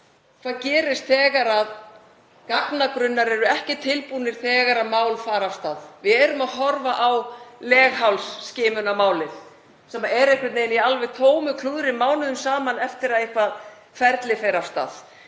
hvað gerist þegar gagnagrunnar eru ekki tilbúnir þegar mál fara af stað. Við getum nefnt leghálsskimunarmálið sem er einhvern veginn alveg í tómu klúðri mánuðum saman eftir að eitthvert ferli fer af stað.